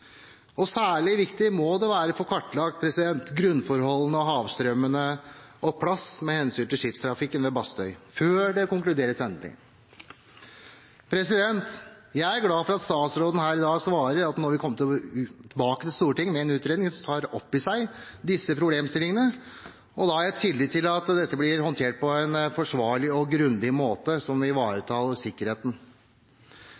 områdene. Særlig viktig må det være å få kartlagt grunnforholdene og havstrømmene og plass med hensyn til skipstrafikken ved Bastøy – før det konkluderes endelig. Jeg er glad for at statsråden her i dag svarer at han vil komme tilbake til Stortinget med en utredning som tar opp i seg disse problemstillingene, og da har jeg tillit til at dette blir håndtert på en forsvarlig og grundig måte som